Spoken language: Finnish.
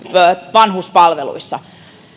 vanhuspalveluissa